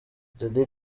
dady